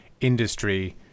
industry